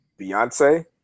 beyonce